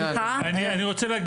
נתת